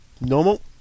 Normal